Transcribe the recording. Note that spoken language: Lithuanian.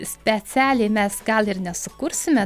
specialiai mes gal ir nesukursime